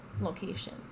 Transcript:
location